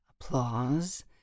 applause